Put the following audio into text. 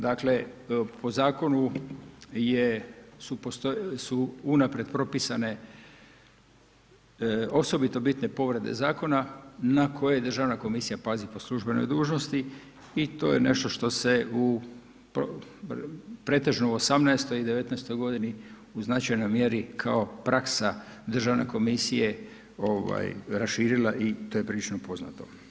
Dakle, po zakonu je, su unaprijed propisane osobito bitne povrede zakona na koje državna komisija pazi po službenoj dužnosti i to je nešto što se pretežno u '18. i '19. godini u značajnoj mjeri kao praksa državne komisije ovaj raširila i to je prilično poznato.